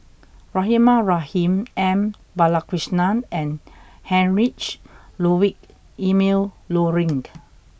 Rahimah Rahim M Balakrishnan and Heinrich Ludwig Emil Luering